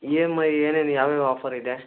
E M I ಏನೇನು ಯಾವ್ಯಾವ offer ಇದೆ